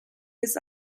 bis